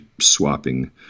swapping